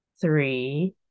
three